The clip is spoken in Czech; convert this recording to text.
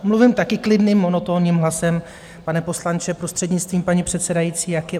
Mluvím také klidným, monotónním hlasem, pane poslanče, prostřednictvím paní předsedající, jako vy.